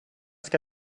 ska